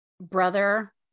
brother